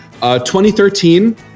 2013